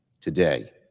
today